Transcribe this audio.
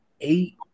eight